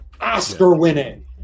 Oscar-winning